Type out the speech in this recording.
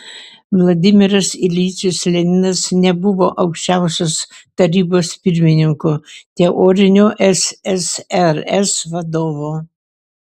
vladimiras iljičius leninas nebuvo aukščiausios tarybos pirmininku teoriniu ssrs vadovu